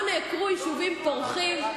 לא נעקרו יישובים פורחים.